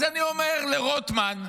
אז אני אומר לרוטמן,